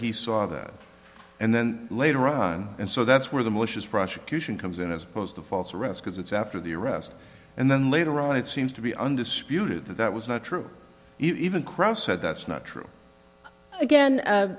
he saw that and then later on and so that's where the malicious prosecution comes in as opposed to false arrest because it's after the arrest and then later on it seems to be undisputed that that was not true even cross said that's not true again